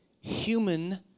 human